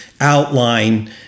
outline